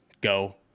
go